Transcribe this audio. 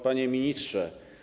Panie Ministrze!